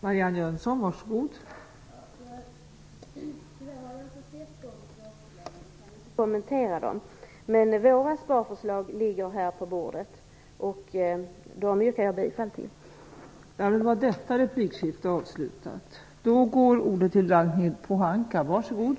Fru talman! Eftersom jag inte har sett de sparförslagen kan jag inte kommentera dem. Men våra sparförslag ligger här på bordet, och de yrkar jag bifall till.